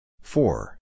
Four